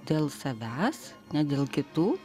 dėl savęs ne dėl kitų